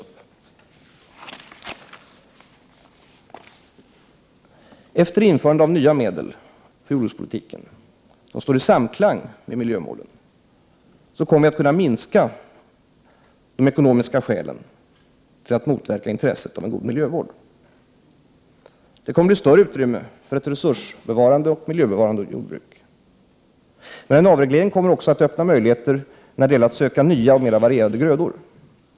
Genom införande av nya medel inom jordbrukspolitiken som står i samklang med miljömålen, kommer vi att kunna minska betydelsen av dessa ekonomiska motiv som motverkar intresset för en god miljövård. Det kommer att bli ett större utrymme för ett resursbevarande och miljöbevarande jordbruk. Men en avreglering kommer också att öppna möjligheter när det gäller att söka nya och mer varierade grödor.